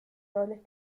roles